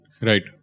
Right